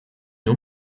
nur